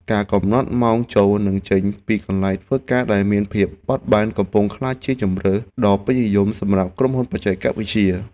ការកំណត់ម៉ោងចូល និងចេញពីកន្លែងធ្វើការដែលមានភាពបត់បែនកំពុងក្លាយជាជម្រើសដ៏ពេញនិយមសម្រាប់ក្រុមហ៊ុនបច្ចេកវិទ្យា។